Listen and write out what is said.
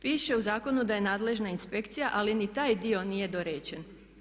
Piše u zakonu da je nadležna inspekcija ali ni taj dio nije dorečen.